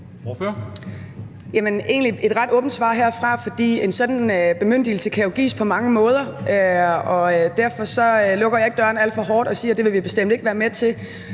det er egentlig et ret åbent svar herfra, fordi en sådan bemyndigelse jo kan gives på mange måder. Derfor lukker jeg ikke døren alt for hårdt i og siger: Det vil vi bestemt ikke være med til.